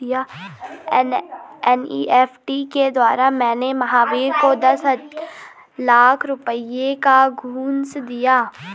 NEFT के द्वारा मैंने महावीर को दस लाख रुपए का घूंस दिया